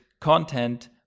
content